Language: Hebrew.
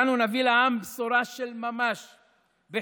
ואנו נביא לעם בשורה של ממש בחינוך,